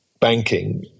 banking